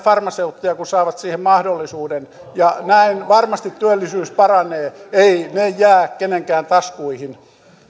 farmaseutteja kun saavat siihen mahdollisuuden ja näin varmasti työllisyys paranee eivät ne jää kenenkään taskuihin